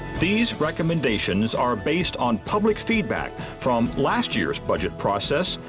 these recommendations are based on public feedback from last year's budget process,